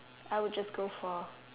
I would just go for